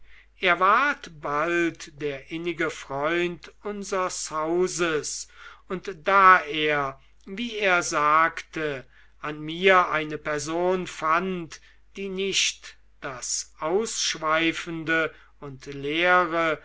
er ward bald der innige freund unsers hauses und da er wie er sagte an mir eine person fand die nicht das ausschweifende und leere